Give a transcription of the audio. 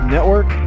Network